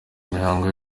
mihango